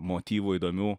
motyvų įdomių